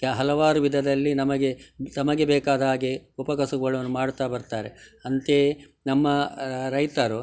ಹಲವಾರು ವಿಧದಲ್ಲಿ ನಮಗೆ ತಮಗೆ ಬೇಕಾದ ಹಾಗೆ ಉಪಕಸಬುಗಳನ್ನು ಮಾಡ್ತಾ ಬರ್ತಾರೆ ಅಂತೆಯೇ ನಮ್ಮ ರೈತರು